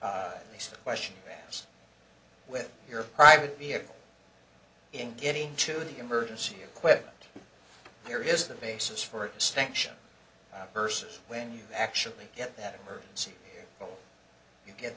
arc the question was with your private vehicle in getting to the emergency equipment here is the basis for distinction versus when you actually get that emergency you get